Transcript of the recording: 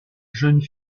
jeune